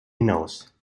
hinaus